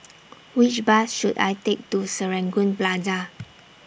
Which Bus should I Take to Serangoon Plaza